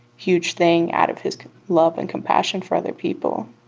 huge thing out of his love and compassion for other people.